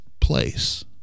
place